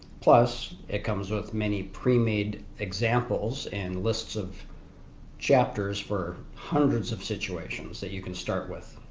plus it comes with many pre-made examples and lists of chapters for hundreds of situations that you can start with.